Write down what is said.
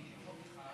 שלוש דקות,